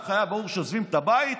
לך היה ברור שעוזבים את הבית?